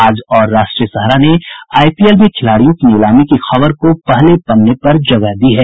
आज और राष्ट्रीय सहारा ने आईपीएल में खिलाड़ियों की नीलामी की खबर को पहले पन्ने पर जगह दी है